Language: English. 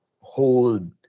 hold